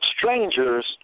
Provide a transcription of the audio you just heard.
strangers